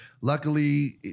luckily